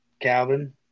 Calvin